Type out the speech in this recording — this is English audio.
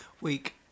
week